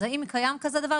אז האם כזה דבר?